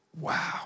Wow